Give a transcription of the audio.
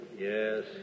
Yes